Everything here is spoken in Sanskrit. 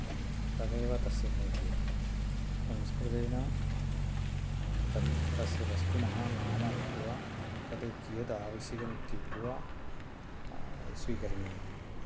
तदेव तस्य मूल्यं संस्कृतेन तत् तस्य वस्तुनः नाम उक्त्वा तत् कियत् आवश्यकम् इत्युक्त्वा स्वीकरणीयम्